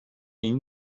این